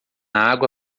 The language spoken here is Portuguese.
água